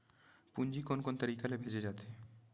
पूंजी कोन कोन तरीका ले भेजे जाथे?